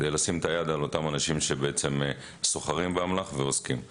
כדי לשים את היד על אותם אנשים שסוחרים באמל"ח ועוסקים בזה.